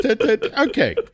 okay